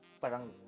parang